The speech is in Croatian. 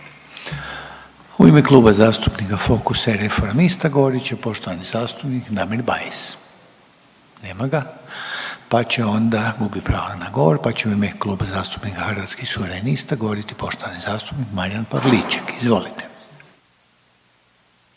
U ime Kluba zastupnika Fokusa i Reformista govorit će poštovani zastupnik Damir Bajs, nema ga gubi pravo na govor, pa će u ime Kluba zastupnika Hrvatskih suverenista govoriti poštovani zastupnik Marijan Pavliček, nema